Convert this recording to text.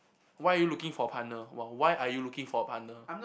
why are you looking for a partner why why are you looking for a partner